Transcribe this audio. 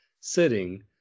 sitting